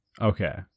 Okay